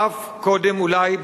אף קודם אולי,